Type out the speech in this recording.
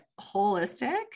holistic